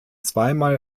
zweimal